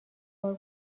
بار